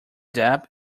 depp